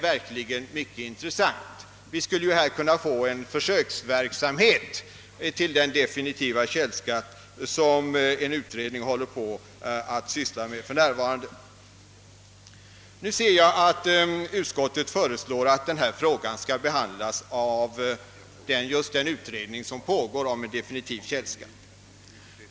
Vi skulle därmed kunna få en försöksverksamhet till den definitiva källskatt som en utredning för närvarande sysslar med. Utskottet föreslår emellertid att denna fråga skall behandlas av den pågående utredningen om definitiv källskatt.